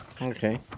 Okay